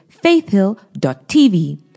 faithhill.tv